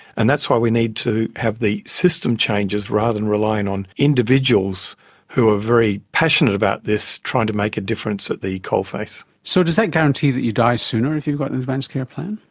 and that's why we need to have the system changes rather than relying on individuals who are very passionate about this trying to make a difference at the coalface. so does that guarantee that you die sooner if you've got an advanced care plan?